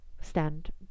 stand